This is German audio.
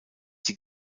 die